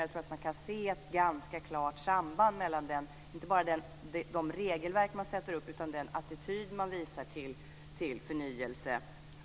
Jag tror att man kan se ett ganska klart samband mellan regelverken och attityden till förnyelse.